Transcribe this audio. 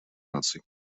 наций